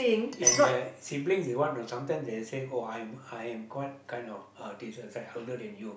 and uh siblings is one know sometimes they say oh I I am what kind of uh this like I'm older than you